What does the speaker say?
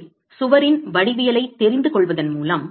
எனவே சுவரின் வடிவியலைத் தெரிந்துகொள்வதன் மூலம்